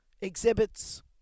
exhibits